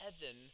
heaven